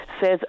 says